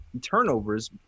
turnovers